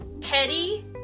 petty